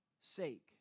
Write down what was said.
sake